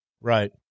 Right